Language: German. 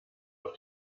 auf